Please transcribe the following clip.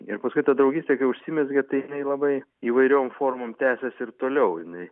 ir paskui ta draugystė kai užsimezgė tai jinai labai įvairiom formom tęsės ir toliau jinai